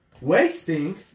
wasting